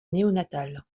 néonatale